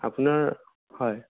আপোনাৰ হয়